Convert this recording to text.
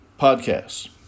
podcasts